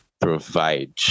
provide